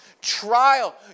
trial